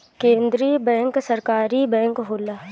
केंद्रीय बैंक सरकारी बैंक होला